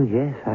yes